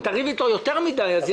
אם תריב איתו יותר מדי תהיה לנו בעיה.